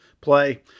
play